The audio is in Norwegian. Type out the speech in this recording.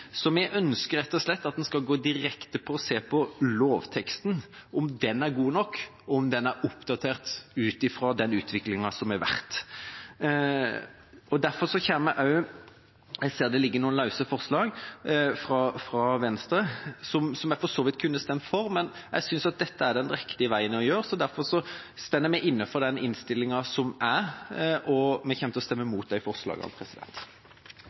Vi ønsker rett og slett at vi skal gå direkte på og se på lovteksten, om den er god nok, om den er oppdatert ut fra den utviklingen som har vært. Jeg ser det foreligger noen forslag fra Venstre, som vi for så vidt kunne stemt for, men jeg synes dette er den riktige veien. Derfor står vi inne for innstillingen som foreligger, og vi kommer til å stemme imot de forslagene.